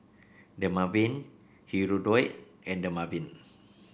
Dermaveen Hirudoid and Dermaveen